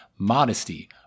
modesty